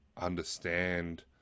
understand